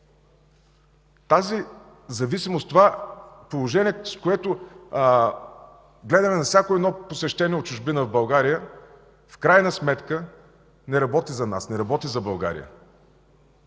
Тази зависимост, това положение, при което гледаме на всяко едно посещение от чужбина в България, в крайна сметка не работи за нас , не работи за България.